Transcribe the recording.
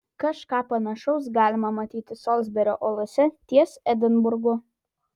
kažką panašaus galima matyti solsberio uolose ties edinburgu